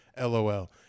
LOL